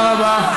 תודה רבה.